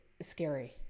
scary